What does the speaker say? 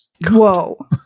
Whoa